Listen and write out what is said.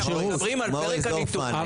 מוריס דורפמן, מכבי שירותי בריאות.